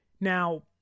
Now